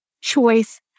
choice